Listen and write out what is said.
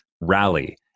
rally